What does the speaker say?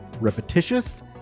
repetitious